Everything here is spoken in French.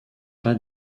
pas